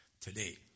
today